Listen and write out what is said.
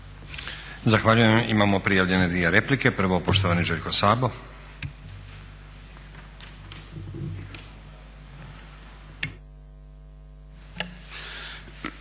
Zahvaljujem. Imamo prijavljene dvije replike. Prvo poštovani Željko Sabo.